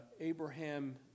Abraham